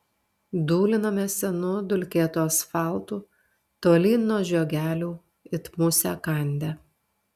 dūlinome senu dulkėtu asfaltu tolyn nuo žiogelių it musę kandę